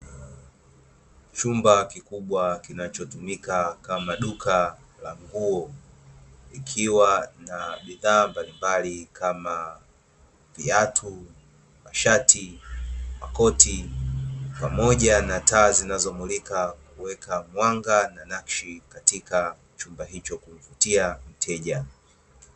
Chumba kikubwa, kinachotumika kama duka la nguo, likiwa na bidhaa mbalimbali, kama: viatu, mashati, makoti pamoja na taa zinazomulika kuweka mwanga na nakshi katika chumba hicho, kumvutia mteja.